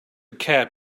cab